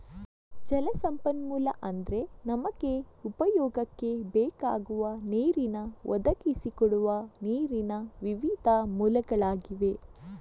ಜಲ ಸಂಪನ್ಮೂಲ ಅಂದ್ರೆ ನಮಗೆ ಉಪಯೋಗಕ್ಕೆ ಬೇಕಾಗುವ ನೀರನ್ನ ಒದಗಿಸಿ ಕೊಡುವ ನೀರಿನ ವಿವಿಧ ಮೂಲಗಳಾಗಿವೆ